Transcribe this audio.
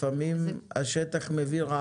לפעמים השטח מביא רעיונות.